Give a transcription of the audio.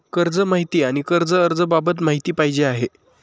कर्ज माहिती आणि कर्ज अर्ज बाबत माहिती पाहिजे आहे